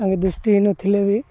ତାଙ୍କେ ଦୃଷ୍ଟିହୀନ ଥିଲେ ବି